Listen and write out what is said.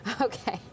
Okay